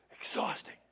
Exhausting